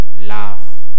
laugh